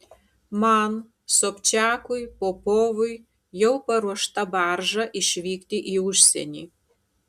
man sobčiakui popovui jau paruošta barža išvykti į užsienį